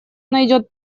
найдет